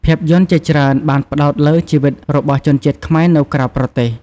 ភាពយន្តជាច្រើនបានផ្តោតលើ ជីវិតរបស់ជនជាតិខ្មែរនៅក្រៅប្រទេស។